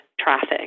traffic